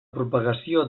propagació